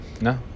No